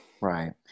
Right